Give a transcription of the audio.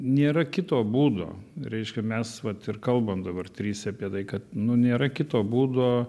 nėra kito būdo reiškia mes vat ir kalbam dabar tryse apie tai kad nu nėra kito būdo